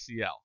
ACL